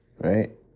right